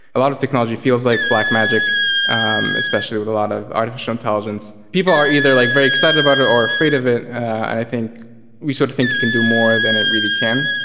a lot of technology feels like black magic especially with a lot of artificial intelligence. people are either like very excited about it or afraid of it. and i think we sort of think you can do more than it really can.